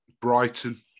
Brighton